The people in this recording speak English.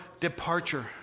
departure